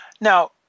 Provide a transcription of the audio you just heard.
Now